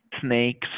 snakes